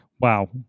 Wow